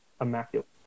immaculate